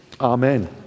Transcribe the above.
Amen